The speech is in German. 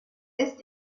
ist